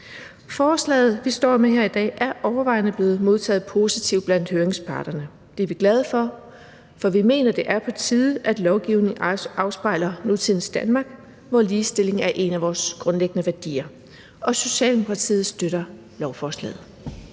Forslaget, som vi står med her i dag, er overvejende blevet modtaget positivt blandt høringsparterne. Det er vi glade for, for vi mener, det er på tide, at lovgivningen afspejler nutidens Danmark, hvor ligestilling er en af vores grundlæggende værdier. Socialdemokratiet støtter lovforslaget.